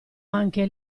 anche